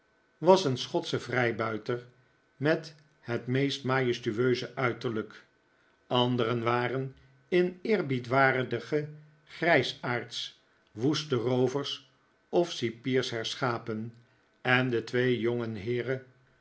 was een schotsche vrijbuiter met het meest majestueuze uiterlijk anderen waren in eerwaardige grijsaards woeste roovers of cipiers herschapen en de twee